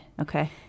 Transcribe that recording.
Okay